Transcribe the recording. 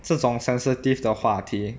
这种 sensitive 的话题